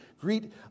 Greet